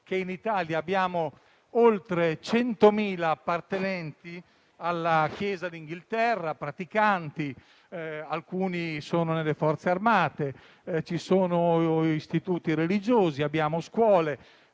che in Italia abbiamo oltre 100.000 appartenenti alla Chiesa d'Inghilterra, praticanti; alcuni sono nelle Forze armate, ci sono istituti religiosi e scuole.